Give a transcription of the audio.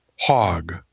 Hog